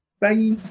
Bye